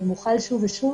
הוא מוחל שוב ושוב,